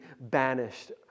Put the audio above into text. banished